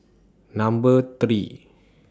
Number three